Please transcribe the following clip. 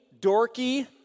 dorky